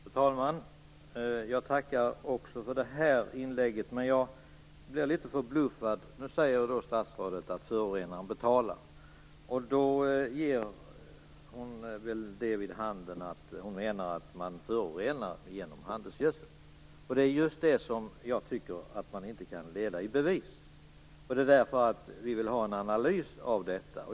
Fru talman! Jag tackar också för detta inlägg. Men jag blir litet förbluffad. Statsrådet säger nu att förorenaren betalar. Då menar hon att man förorenar genom handelsgödsel. Det är just det som jag tycker att man inte kan leda i bevis. Det är därför vi vill ha en analys av detta.